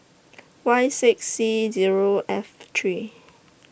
Y six C Zero F three